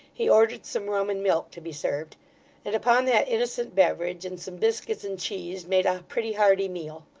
he ordered some rum and milk to be served and upon that innocent beverage and some biscuits and cheese made a pretty hearty meal.